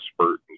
spurt